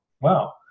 Wow